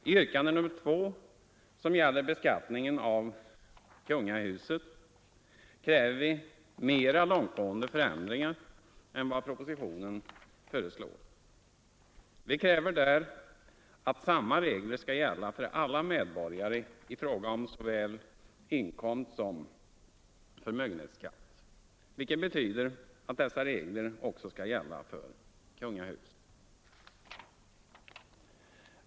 I yrkande nr 2, som gäller beskattningen av kungahuset, kräver vi mera långtgående förändringar än vad propositionen föreslår. Vi kräver där att samma regler skall gälla för alla medborgare i fråga om såväl inkomstsom förmögenhetsskatt, vilket betyder att dessa regler också skall gälla för kungahuset.